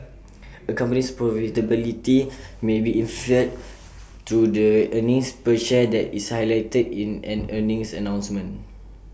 A company's profitability may be inferred through the earnings per share that is highlighted in an earnings announcement